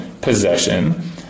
possession